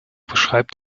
beschreibt